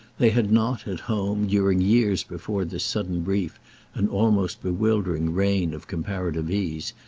they had not, at home, during years before this sudden brief and almost bewildering reign of comparative ease,